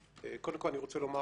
קודם כל, אני רוצה לומר